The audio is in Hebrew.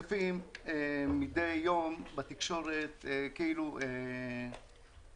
מדי יום אנחנו מותקפים בתקשורת כאילו אנחנו